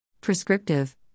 Prescriptive